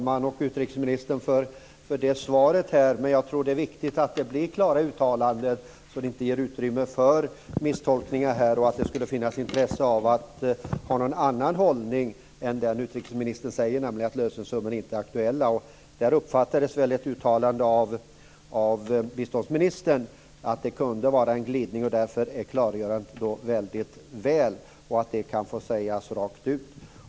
Fru talman! Tack för det svaret, utrikesministern. Jag tror att det är viktigt att det blir klara uttalanden så att det inte ges utrymme för misstolkningar att det skulle finnas intresse av att ha någon annan hållning än den utrikesministern säger, nämligen att lösensummor inte är aktuella. Ett uttalande av biståndsministern uppfattades som en möjlig glidning på den punkten, och därför är detta klargörande mycket bra. Det kan få sägas rakt ut.